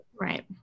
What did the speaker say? Right